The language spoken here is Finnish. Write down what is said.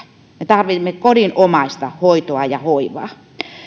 me tarvitsemme kodinomaista hoitoa ja hoivaa